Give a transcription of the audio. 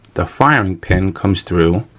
the firing pin comes through,